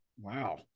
Wow